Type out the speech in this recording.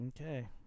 Okay